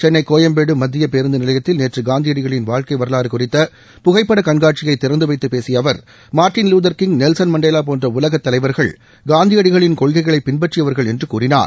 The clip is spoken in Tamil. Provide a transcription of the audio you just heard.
சென்னை கோயம்பேடு மத்திய பேருந்து நிலையத்தில் நேற்று காந்தியடிகளின் வாழ்க்கை வரலாறு குறித்த புகைப்பட கண்காட்சியை திறந்து வைத்துப் பேசிய அவர் Martin Luther King Nelson Mandela போன்ற உலகத் தலைவர்கள் காந்தியடிகளின் கொள்கைகளை பின்பற்றியவர்கள் என்று கூறினார்